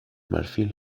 marfil